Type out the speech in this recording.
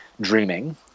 dreaming